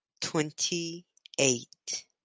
twenty-eight